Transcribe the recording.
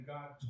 God